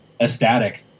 ecstatic